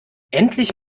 endlich